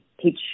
teach